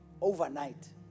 Overnight